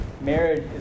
Marriage